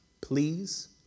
please